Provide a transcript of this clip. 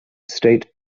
state